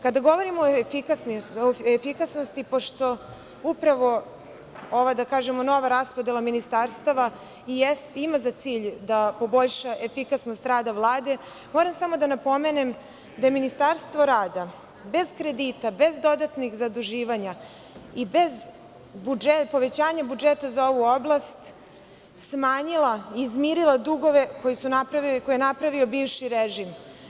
Kada govorimo o efikasnosti, pošto upravo ova nova raspodela ministarstava ima za cilj da poboljša efikasnost rada Vlade, moram samo da napomenem da je Ministarstvo rada, bez kredita, bez dodatnih zaduživanja i bez povećanja budžeta za ovu oblast, smanjilo i izmirilo dugove koje je napravio bivši režim.